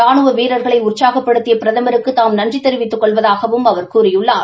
ரானுவ வீரர்களை உற்சாகப்படுத்திய பிரதமருக்கு தாம் நன்றி தெரிவித்துக் கொள்வதாகவும் அவர் கூறியுள்ளார்